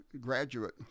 graduate